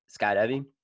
skydiving